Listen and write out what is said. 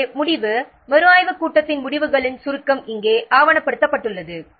எனவே முடிவு மறுஆய்வுக் கூட்டத்தின் முடிவுகளின் சுருக்கம் இங்கே ஆவணப்படுத்தப்பட்டுள்ளது